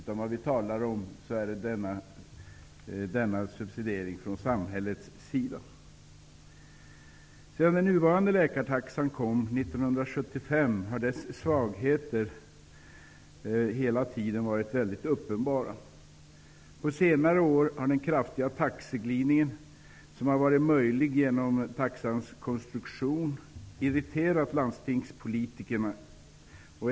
Vad vi nu talar om är subsidiering från samhällets sida. Sedan den nuvarande läkartaxan infördes 1975 har dess svagheter hela tiden varit uppenbara. På senare har den kraftiga taxeglidningen, som varit möjlig genom taxans konstruktion, irriterat landstingspolitikerna.